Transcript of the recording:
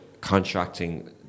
contracting